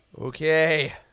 Okay